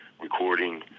recording